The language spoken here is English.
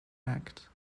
act